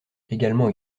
également